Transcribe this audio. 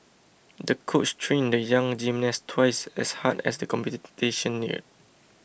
the coach trained the young gymnast twice as hard as the competition neared